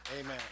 Amen